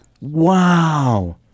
Wow